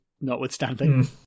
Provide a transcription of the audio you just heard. notwithstanding